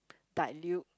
dilute